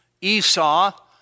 Esau